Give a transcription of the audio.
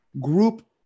group